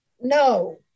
No